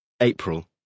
April